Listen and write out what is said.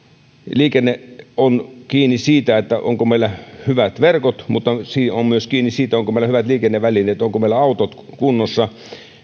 liikenne on kiinni siitä onko meillä hyvät verkot mutta se on kiinni myös siitä onko meillä hyvät liikennevälineet onko meillä autot kunnossa